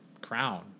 Crown